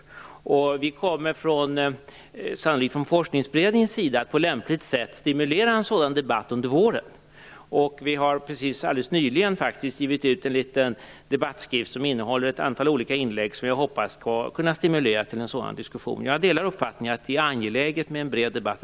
Forskningsberedningen kommer sannolikt att på lämpligt sätt stimulera en sådan debatt under våren. Alldeles nyligen har det kommit ut en liten debattskrift som innehåller ett antal olika inlägg. Jag hoppas att denna skall kunna stimulera till en sådan diskussion. Jag delar som sagt uppfattningen att det är angeläget med en bred debatt.